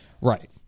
Right